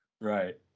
Right